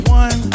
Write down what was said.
one